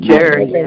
Jerry